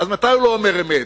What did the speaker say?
אז מתי הוא לא אומר אמת,